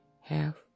half